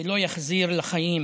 זה לא יחזיר לחיים